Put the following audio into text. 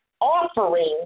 offering